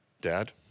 dad